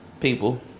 People